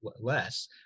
less